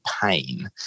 pain